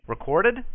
Recorded